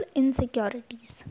insecurities